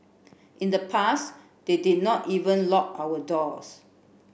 in the past we did not even lock our doors